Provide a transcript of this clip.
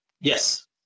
Yes